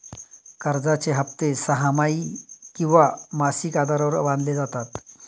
कर्जाचे हप्ते सहामाही किंवा मासिक आधारावर बांधले जातात